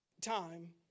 time